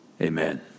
Amen